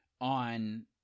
on